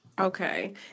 Okay